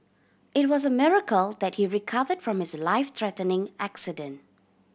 it was a miracle that he recovered from his life threatening accident